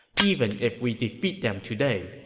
even if we defeat them today,